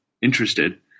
interested